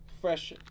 Fresh